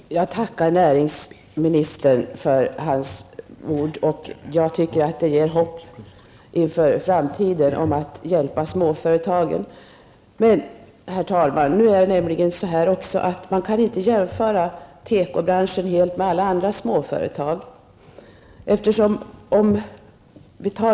Herr talman! Jag tackar näringsministern för hans ord. Jag tycker de ger hopp inför framtiden om att småföretagen skall få hjälp. Men, herr talman, man kan inte jämföra tekobranschen helt med alla andra småföretag.